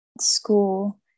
school